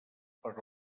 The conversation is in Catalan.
per